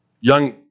young